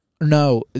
No